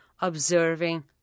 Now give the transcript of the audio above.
observing